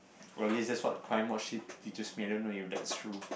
or at least that's what crime watch did teaches me I don't even know if that's true